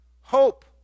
Hope